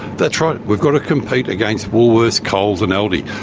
that's right, we've got to compete against woolworths, coles and aldi.